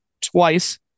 twice